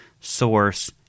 source